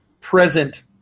present